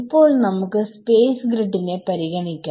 ഇപ്പോൾ നമുക്ക് space grid നെ പരിഗണിക്കാം